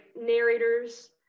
narrators